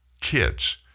kids